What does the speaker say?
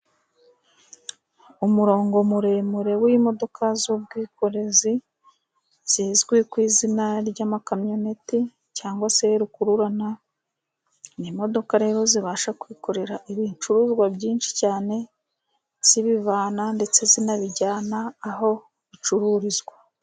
Umurongo muremure w'imodoka z'ubwikorezi, zizwi ku izina ry'amakamyoneti, cyangwa se rukururana, ni imodoka rero zibasha kwikorera ibicuruzwa byinshi cyane, zibivana ndetse zinabijyana aho bicururizwa.